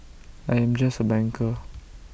I am just A banker